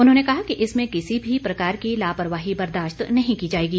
उन्होंने कहा कि इसमें किसी भी प्रकार की लापरवाही बर्दाश्त नहीं की जाएगी